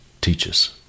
teaches